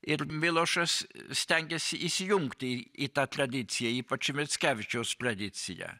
ir milošas stengėsi įsijungti į tą tradiciją ypač į mickevičiaus tradiciją